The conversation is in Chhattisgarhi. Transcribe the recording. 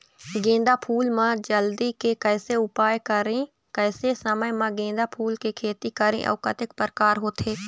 गेंदा फूल मा जल्दी के कैसे उपाय करें कैसे समय मा गेंदा फूल के खेती करें अउ कतेक प्रकार होथे?